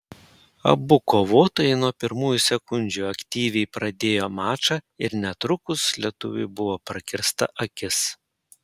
abu kovotojai nuo pirmųjų sekundžių aktyviai pradėjo mačą ir netrukus lietuviui buvo prakirsta akis